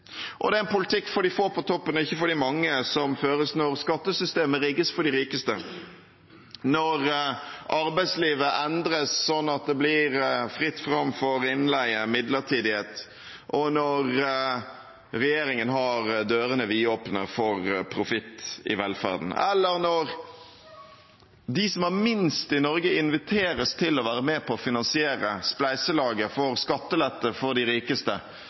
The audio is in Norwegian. Det er en politikk for de få på toppen, og ikke for de mange, som føres når skattesystemet rigges for de rikeste, når arbeidslivet endres sånn at det blir fritt fram for innleie og midlertidighet, når regjeringen har dørene vidåpne for profitt i velferden, eller når de som har minst i Norge, inviteres til å være med på å finansiere spleiselaget for skattelette til de rikeste